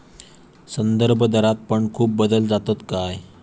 संदर्भदरात पण खूप बदल जातत काय?